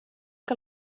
que